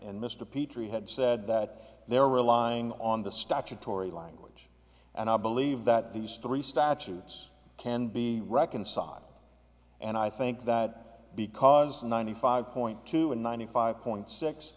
mr petri had said that they're relying on the statutory language and i believe that these three statutes can be reconciled and i think that because ninety five point two and ninety five point six